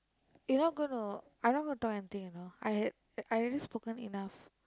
you're not going to I'm not gonna talk anything you know I had I had already spoken enough